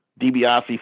DiBiase